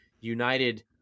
United